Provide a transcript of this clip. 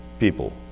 people